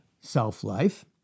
self-life